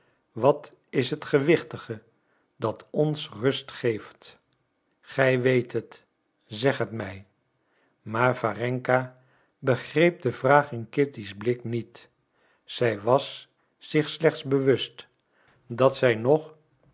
wat is het gewichtige dat ons rust geeft gij weet het zeg het mij maar warenka begreep de vraag in kitty's blik niet zij was zich slechts bewust dat zij nog